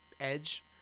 edge